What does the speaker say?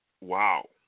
wow